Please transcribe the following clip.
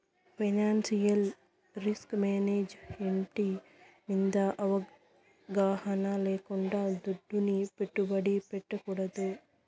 financial risk management మింద అవగాహన లేకుండా దుడ్డుని పెట్టుబడి పెట్టకూడదు